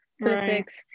politics